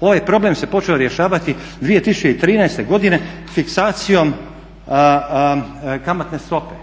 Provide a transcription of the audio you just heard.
Ovaj problem se počeo rješavati 2013. godine fiksacijom kamatne stope,